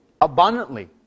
abundantly